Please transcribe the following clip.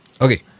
okay